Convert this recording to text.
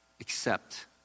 accept